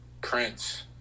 Prince